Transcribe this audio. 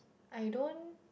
I don't